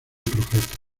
profeta